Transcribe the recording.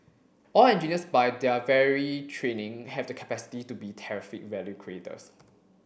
all engineers by their very training have the capacity to be terrific value creators